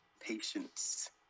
Patience